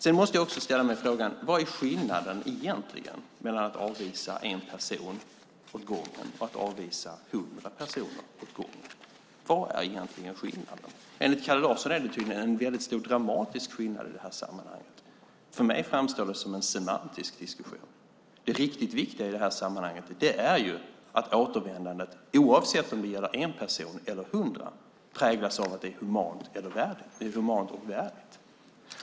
Jag måste också ställa mig frågan: Vad är egentligen skillnaden mellan att avvisa en person åt gången och att avvisa hundra personer åt gången? Enligt Kalle Larsson är det tydligen en väldigt stor och dramatisk skillnad i det här sammanhanget. För mig framstår det som en semantisk diskussion. Det riktigt viktiga i det här sammanhanget är att återvändandet, oavsett om det gäller en person eller hundra, präglas av att det är humant och värdigt.